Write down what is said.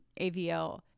avl